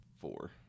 four